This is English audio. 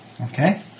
Okay